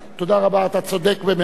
תודה רבה, אתה צודק במאה אחוז.